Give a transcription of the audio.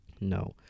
No